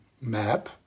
map